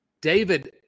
David